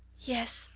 yes,